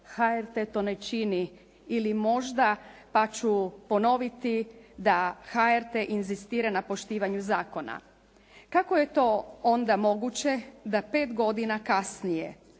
HRT to ne čini ili možda pa ću ponoviti da HRT inzistira na poštivanju zakona. Kako je to onda moguće da 5 godina kasnije,